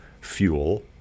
fuel